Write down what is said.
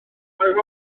rownd